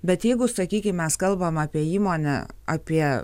bet jeigu sakykim mes kalbam apie įmonę apie